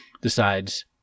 decides